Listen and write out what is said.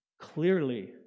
clearly